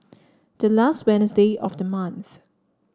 the last Wednesday of the month